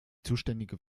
zuständige